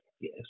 Yes